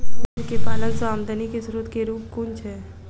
भेंर केँ पालन सँ आमदनी केँ स्रोत केँ रूप कुन छैय?